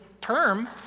term